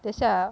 等下 ah